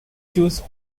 chose